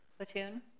Platoon